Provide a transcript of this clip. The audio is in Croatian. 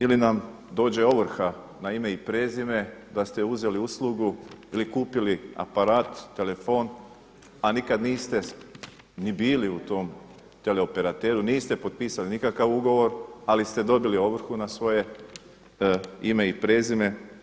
Ili nam dođe ovrha na ime i prezime da ste uzeli uslugu ili kupili aparat, telefon, a nikad niste ni bili u tom teleoperateru niste potpisali nikakav ugovor ali ste dobili ovrhu na svoje ime i prezime.